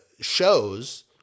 shows